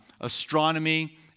astronomy